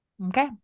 Okay